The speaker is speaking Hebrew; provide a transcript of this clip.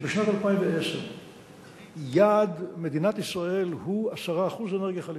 שבשנת 2010 יעד מדינת ישראל הוא 10% אנרגיה חלופית.